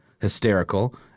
Hysterical